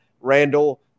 Randall